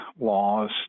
laws